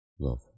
love